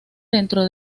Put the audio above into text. dentro